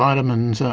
vitamins,